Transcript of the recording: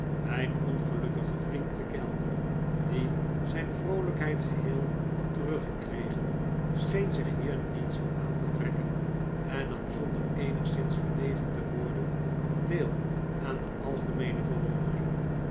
mijn ongelukkige vriend de kellner die zijn vroolijkheid geheel had teruggekregen r scheen zich hier niets van aan te trekken en nam zonder eenigszins verlegen te worden deel aan de algemeene verwondering